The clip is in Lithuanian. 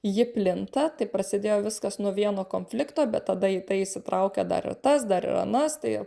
ji plinta tai prasidėjo viskas nuo vieno konflikto bet tada į tai įsitraukia dar ir tas dar ir anas tai